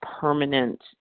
permanent